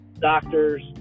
Doctors